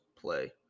play